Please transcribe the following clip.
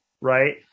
right